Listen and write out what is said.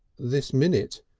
this minute,